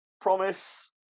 Promise